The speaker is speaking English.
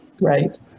Right